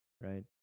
right